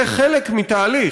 זה חלק מתהליך.